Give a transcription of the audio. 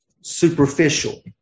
superficial